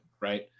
right